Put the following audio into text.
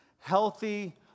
healthy